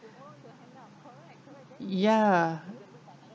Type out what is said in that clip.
ya